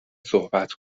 صحبت